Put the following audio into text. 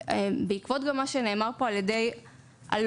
בעקבות מה שנאמר פה על ידי אלונה,